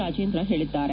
ರಾಜೇಂದ್ರ ಹೇಳದ್ದಾರೆ